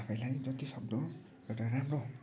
आफैलाई जति सक्दो एउटा राम्रो